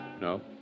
No